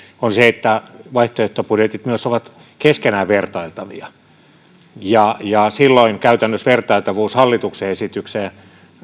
on se että vaihtoehtobudjetit myös ovat keskenään vertailtavia silloin käytännössä vertailtavuus hallituksen esitykseen